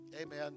Amen